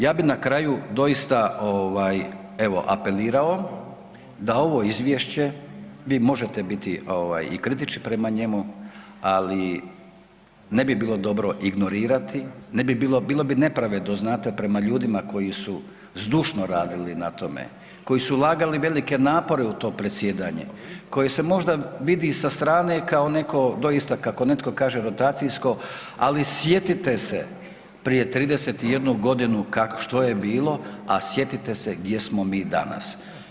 Ja bi na kraju doista evo apelirao da ovo izvješće, vi možete biti i kritički prema njemu ali ne bi bilo dobro ignorirati, bilo bi nepravedno znate prema ljudima koji su zdušno radili na tome, koji su ulagali velike napore u to predsjedanje, koje se možda vidi sa strane kao neko doista kako neko kaže rotacijsko ali sjetite se, prije 31 g. što je bilo a sjetite se gdje smo mi danas.